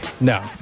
No